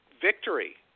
victory